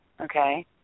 Okay